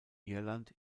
irland